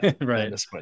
Right